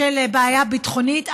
בתקופות של בעיה ביטחונית,